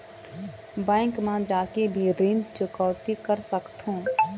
Bank मा जाके भी ऋण चुकौती कर सकथों?